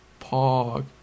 Pog